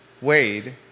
Wade